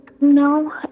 No